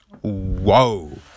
whoa